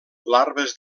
larves